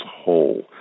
whole